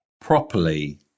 Properly